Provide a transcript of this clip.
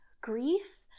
grief